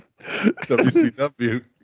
WCW